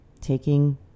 taking